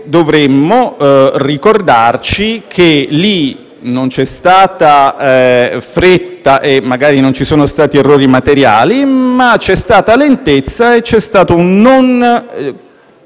dovremmo ricordarci che lì non c'è stata fretta, magari non ci sono stati errori materiali, ma c'è stata lentezza e c'è stato un non